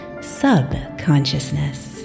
subconsciousness